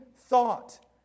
thought